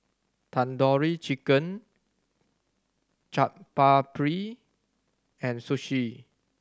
Tandoori Chicken Chaat Papri and Sushi